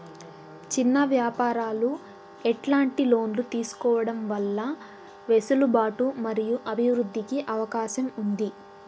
చిన్న వ్యాపారాలు ఎట్లాంటి లోన్లు తీసుకోవడం వల్ల వెసులుబాటు మరియు అభివృద్ధి కి అవకాశం ఉంది?